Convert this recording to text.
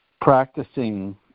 practicing